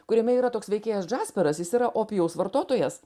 kuriame yra toks veikėjas džasperas jis yra opijaus vartotojas